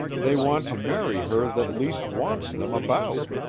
they want to marry her that least wants them about.